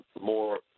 more